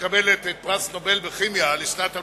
מקבלת את פרס נובל בכימיה לשנת 2009,